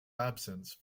absence